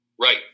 Right